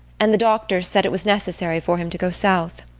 and the doctors said it was necessary for him to go south.